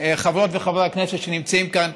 חברות וחברי הכנסת שנמצאים כאן,